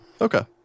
Okay